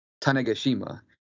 Tanegashima